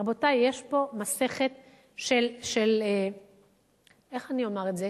רבותי, יש פה מסכת של, איך אני אומר את זה?